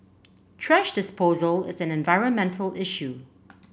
thrash disposal is an environmental issue